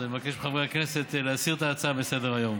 אז אני מבקש מחברי הכנסת להסיר את ההצעה מסדר-היום.